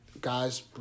guys